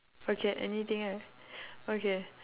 okay anything right okay